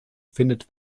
findet